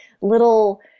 little